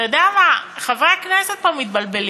אתה יודע מה, חברי הכנסת פה מתבלבלים,